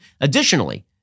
Additionally